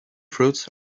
fruits